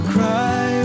Cry